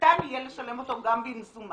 ניתן יהיה לשלם אותו גם במזומן.